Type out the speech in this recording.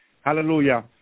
Hallelujah